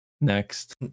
Next